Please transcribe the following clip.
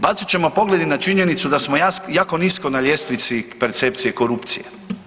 Bacit ćemo pogled i na činjenicu da smo jako nisko na ljestvici percepcije korupcije.